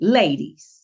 ladies